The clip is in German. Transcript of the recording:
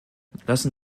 lassen